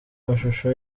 amashusho